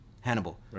Hannibal